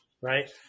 right